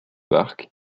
park